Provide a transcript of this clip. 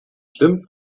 stimmt